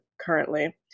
currently